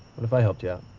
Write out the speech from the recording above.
what if i helped you out?